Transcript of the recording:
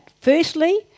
Firstly